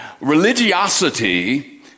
religiosity